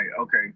okay